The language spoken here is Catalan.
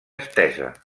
estesa